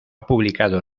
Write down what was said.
publicado